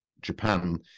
japan